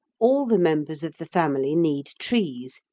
all the members of the family need trees,